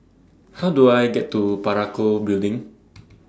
How Do I get to Parakou Building